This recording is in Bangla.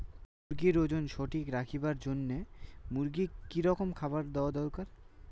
মুরগির ওজন ঠিক রাখবার জইন্যে মূর্গিক কি রকম খাবার দেওয়া দরকার?